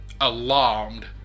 alarmed